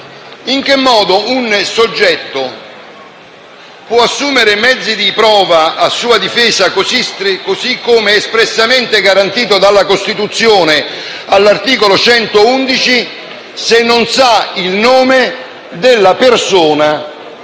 in che modo un soggetto può assumere mezzi di prova a sua difesa, così come espressamente garantito dalla Costituzione all'articolo 111, se non conosce il nome della persona